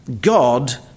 God